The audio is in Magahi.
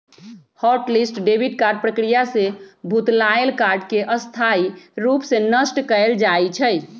हॉट लिस्ट डेबिट कार्ड प्रक्रिया से भुतलायल कार्ड के स्थाई रूप से नष्ट कएल जाइ छइ